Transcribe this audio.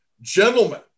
gentlemen